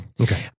Okay